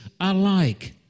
alike